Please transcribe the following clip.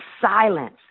silence